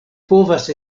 povas